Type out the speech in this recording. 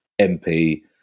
MP